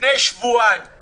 לפני שבועיים.